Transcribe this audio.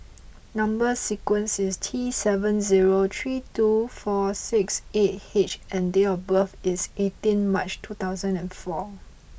number sequence is T seven zero three two four six eight H and date of birth is eighteen March two thousand and four